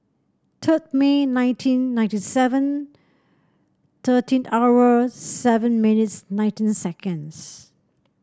third May nineteen ninety seven thirteen hour seven minutes nineteen seconds